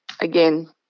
again